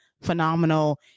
phenomenal